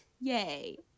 Yay